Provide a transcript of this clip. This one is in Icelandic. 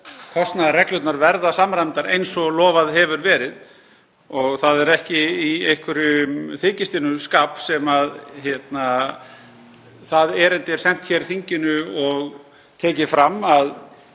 starfskostnaðarreglurnar verða samræmdar eins og lofað hefur verið. Það er ekki í einhverjum þykjstuskap sem það erindi er sent hér þinginu og tekið fram að